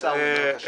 עיסאווי, בבקשה.